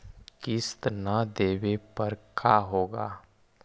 किस्त न देबे पर का होगा?